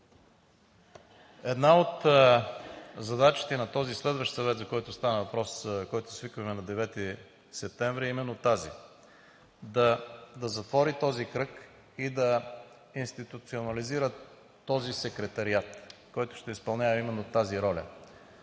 Една от задачите на този следващ Съвет, за който стана въпрос, който свикваме на 9 септември, е именно тази – да затвори този кръг и да институционализира този Секретариат, който ще изпълнява именно тази роля.